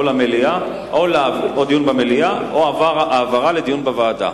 או דיון במליאה או העברה לדיון בוועדה.